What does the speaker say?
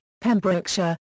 Pembrokeshire